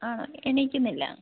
ആണല്ലേ എണീക്കുന്നില്ല